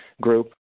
group